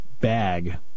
bag